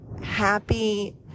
happy